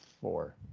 four